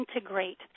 integrate